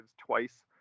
twice